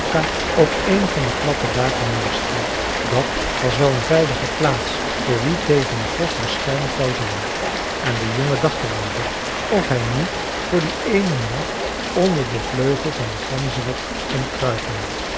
op een van de platte daken neerstreek dat was wel een veilige plaats voor wie tegen een vos beschermd wou zijn en de jongen dacht er over of hij niet voor dien eenen nacht onder den vleugel van den ganzerik kon kruipen